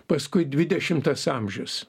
paskui dvidešimtas amžius